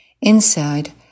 Inside